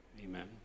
amen